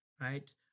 right